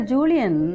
Julian